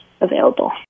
available